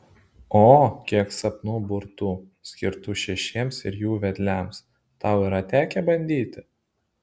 o kiek sapnų burtų skirtų šešiems ir jų vedliams tau yra tekę bandyti